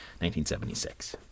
1976